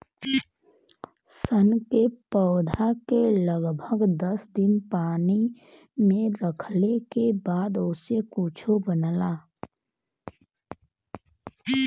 सन के पौधा के लगभग दस दिन पानी में रखले के बाद ओसे कुछो बनला